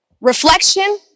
reflection